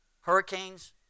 Hurricanes